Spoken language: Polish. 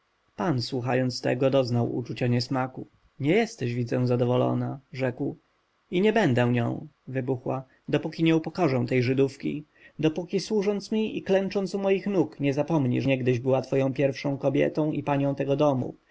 pan słuchając tego doznał uczucia niesmaku nie jesteś widzę zadowolona rzekł i nie będę nią wybuchła dopóki nie upokorzę tej żydówki dopóki służąc mi i klęcząc u moich nóg nie zapomni że niegdyś była twoją pierwszą kobietą i panią tego